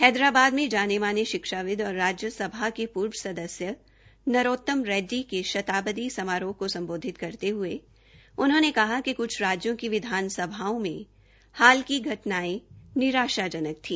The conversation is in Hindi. हैदराबाद में जाने माने षिक्षाविद और राज्यसभा के पूर्व सदस्य नरोत्तम रेडडी के शताब्दी समारोह को संबोधित करते हुए उन्होंने कहा कि कुछ राज्यों की विधानसभाओं में हाल की घटनाये निराषाजनक थी